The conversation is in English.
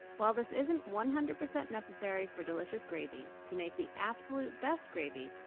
while this isn't one hundred percent necessary for delicious gravy, to make the absolute best gravy,